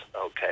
okay